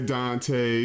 Dante